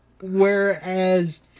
Whereas